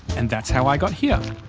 and that's how i got here.